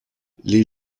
les